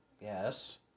Yes